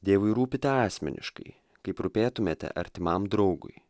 dievui rūpite asmeniškai kaip rūpėtumėte artimam draugui